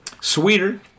Sweeter